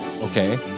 Okay